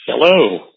Hello